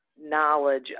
knowledge